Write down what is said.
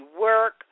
work